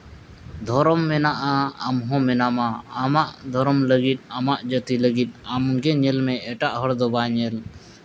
ᱫᱷᱚᱨᱚᱢ ᱢᱮᱱᱟᱜᱼᱟ ᱟᱢ ᱦᱚᱸ ᱢᱮᱱᱟᱢᱟ ᱟᱢᱟᱜ ᱫᱷᱚᱨᱚᱢ ᱞᱟᱹᱜᱤᱫ ᱟᱢᱟᱜ ᱡᱟᱹᱛᱤ ᱞᱟᱹᱜᱤᱫ ᱟᱢ ᱜᱮ ᱧᱮᱞ ᱢᱮ ᱮᱴᱟᱜ ᱦᱚᱲ ᱫᱚ ᱵᱟᱭ ᱧᱮᱞ